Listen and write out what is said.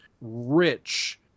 rich